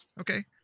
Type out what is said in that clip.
Okay